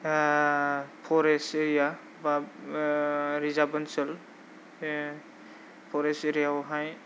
forest area बा reserve ओनसोल बे परेस्ट एरिया आवहाय